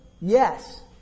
Yes